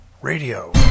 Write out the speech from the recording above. radio